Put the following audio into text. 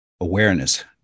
Awareness